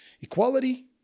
Equality